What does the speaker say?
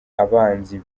abanzi